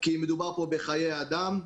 כי מדובר פה בחיי אדם,